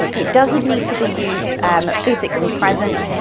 it doesn't need to be you um physically present.